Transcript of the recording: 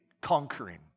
conquering